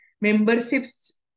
memberships